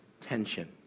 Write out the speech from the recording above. tension